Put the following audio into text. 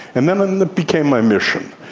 and then it became my mission,